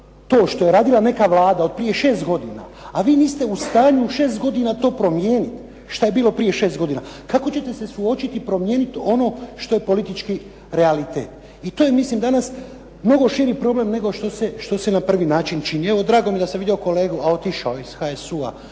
to što je radila neka Vlada od prije šest godina, a vi niste u stanju u šest godina to promijeniti šta je bilo prije šest godina. Kako ćete se suočiti i promijeniti ono što je politički realitet. I to je mislim danas mnogo širi problem nego što se na prvi način čini. Evo, drago mi je da sam vidio kolegu, a otišao je iz HSU-a.